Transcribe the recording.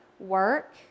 work